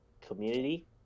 community –